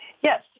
Yes